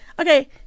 Okay